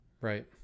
right